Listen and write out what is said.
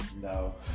No